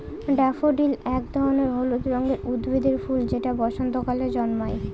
daffodil এক ধরনের হলুদ রঙের উদ্ভিদের ফুল যেটা বসন্তকালে জন্মায়